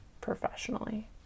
professionally